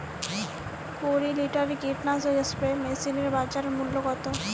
কুরি লিটারের কীটনাশক স্প্রে মেশিনের বাজার মূল্য কতো?